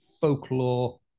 folklore